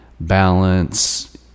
Balance